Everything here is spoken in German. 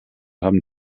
haben